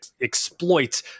exploit